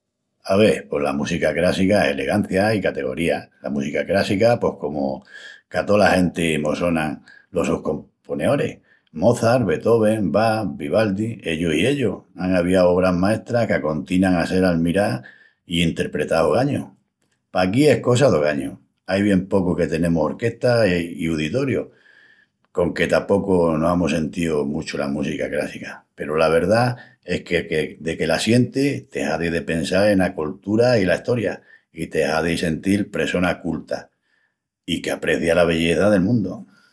Ave, pos la música crássica es elegancia i categoría. La música crássica pos comu qu'a tola genti mos sonan los sus componeoris: Mozart, Beethoven, Bach, Vivaldi,... Ellus i ellus án aviau obras maestras qu'acontinan a sel almirás i entrepetás ogañu. Paquí es cosa d'ogañu, ai bien pocu que tenemus orquestas i uditorius conque tapocu no amus sentíu muchu la música crássica peru la verdá es que... que deque la sientis te hazi de pensal ena coltura i la estoria, i te hazi sentil pressona culta i que aprecia la belleza del mundu.